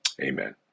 Amen